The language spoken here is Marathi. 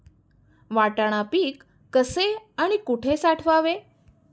वाटाणा पीक कसे आणि कुठे साठवावे?